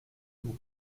vous